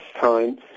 time